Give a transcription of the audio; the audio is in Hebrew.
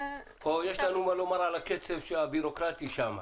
או יש לנו מה לומר על הקצב הבירוקרטי שם.